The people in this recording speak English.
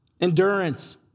Endurance